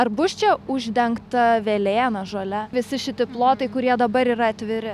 ar bus čia uždengta velėna žole visi šitie plotai kurie dabar yra atviri